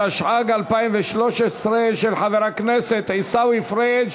התשע"ג 2013, של חבר הכנסת עיסאווי פריג'